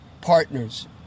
partners